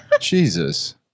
Jesus